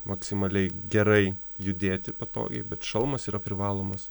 maksimaliai gerai judėti patogiai bet šalmas yra privalomas